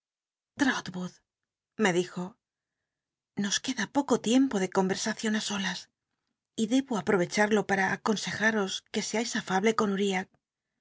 me dijo nos queda poco tiempo de á solas y debo apto cchmio pata aconscjmos que scais afable con uriah